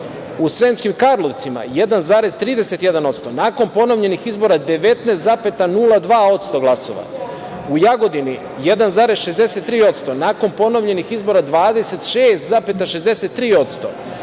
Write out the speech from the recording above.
U Sremskim Karlovcima 1,31%. Nakon ponovljenih izbora 19,02% glasova. U Jagodini 1,63%. Nakon ponovljenih izbora 26,63%.